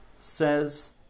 says